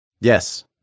Yes